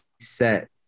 set